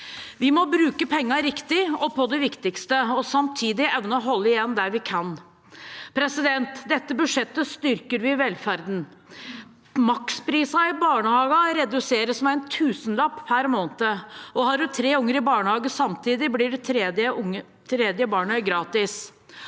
Vi må bruke pengene riktig og på det viktigste og samtidig evne å holde igjen der vi kan. Med dette budsjettet styrker vi velferden. Maksprisen i barnehagen reduseres med en tusenlapp per måned. Har man tre barn i barnehagen samtidig, blir det tredje barnet gratis.